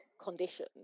condition